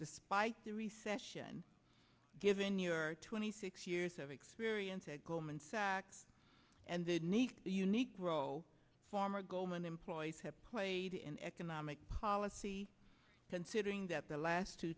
despite the recession given your twenty six years of experience at goldman sachs and the need unique role former goldman employees have played in economic policy considering that the last two